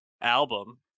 album